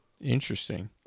interesting